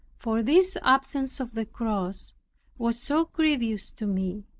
for this absence of the cross was so grievous to me,